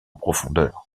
profondeur